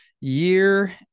year